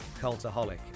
Cultaholic